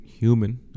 human